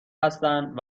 هستند